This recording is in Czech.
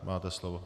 Máte slovo.